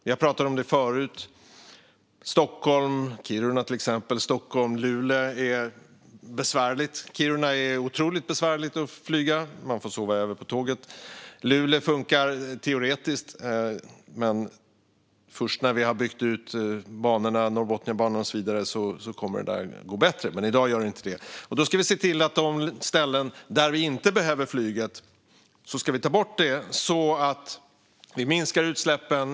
Vi har pratat om det förut. Stockholm-Kiruna är ett exempel. Stockholm-Luleå är också besvärligt. Kiruna är otroligt besvärligt - man får sova över på tåget. Luleå funkar teoretiskt, men först när vi har byggt ut Norrbotniabanan och så vidare kommer det att gå bra. I dag gör det inte det. På de ställen där vi inte behöver flyget ska vi ta bort det, så att vi minskar utsläppen.